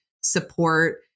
support